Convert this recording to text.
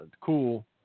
cool